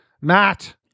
Matt